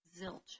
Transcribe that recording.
Zilch